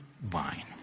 vine